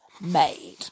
made